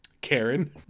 Karen